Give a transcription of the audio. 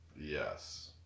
Yes